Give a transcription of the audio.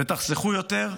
ותחסכו יותר.